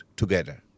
together